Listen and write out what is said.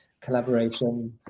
collaboration